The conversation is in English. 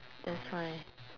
that's why